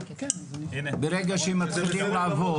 ברגע שמתחילים לעבוד?